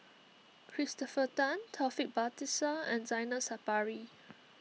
Christopher Tan Taufik Batisah and Zainal Sapari